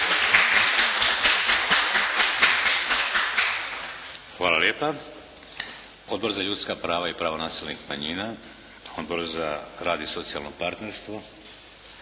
Hvala lijepa. Odbor za ljudska prava i prava nacionalnih manjina? Odbor za rad i socijalno partnerstvo?